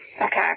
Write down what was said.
Okay